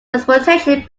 transportation